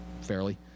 fairly